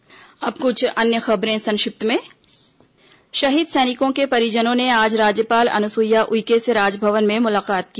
संक्षिप्त समाचार खबरें संक्षिप्त में शहीद सैनिकों के परिजनों ने आज राज्यपाल अनुसुईया उइके से राजभवन में मुलाकात की